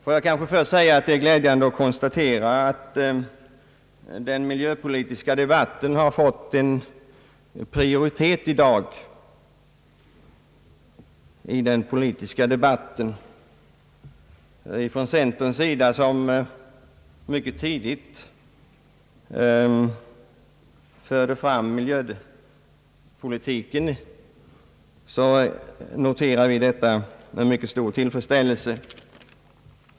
Låt mig först säga att det är glädjande att konstatera att den miljöpolitiska debatten fått prioritei så dan den har i dag i den politiska diskussionen, Det var centern som mycket tidigt förde fram miljöpolitiken, och därför noterar vi detta med stor tillfredsställelse.